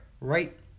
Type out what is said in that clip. right